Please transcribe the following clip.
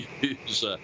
use